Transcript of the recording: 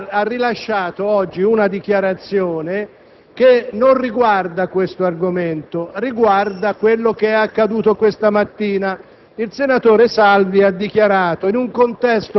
che un collega senatore ha rilasciato oggi una dichiarazione che non riguarda l'argomento, ma quanto accaduto questa mattina.